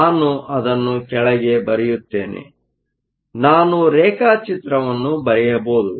ನಾನು ಅದನ್ನು ಕೆಳಗೆ ಬರೆಯುತ್ತೇನೆ ಹಾಗಾಗಿ ನಾನು ರೇಖಾಚಿತ್ರವನ್ನು ಬರೆಯಬಹುದು